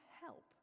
help